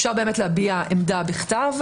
אפשר להביע את העמדה בכתב,